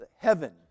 heaven